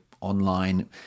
online